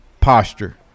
Posture